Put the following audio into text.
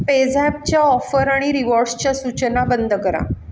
पेझॅपच्या offer आणि रिवॉर्ड्सच्या सूचना बंद करा